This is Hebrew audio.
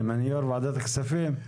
הארצית.